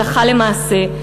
הלכה למעשה,